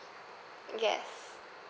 yes